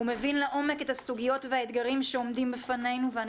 הוא מבין לעומק את הסוגיות והאתגרים שעומדים בפנינו ואני